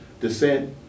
descent